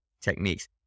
techniques